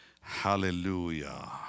Hallelujah